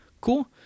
cool